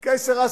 "que sera,